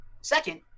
Second